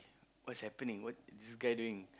what's happening what is this guy doing